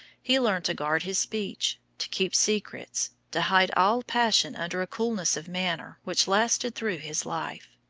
he learned to guard his speech, to keep secrets, to hide all passion under a coolness of manner which lasted through his life.